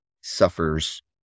suffers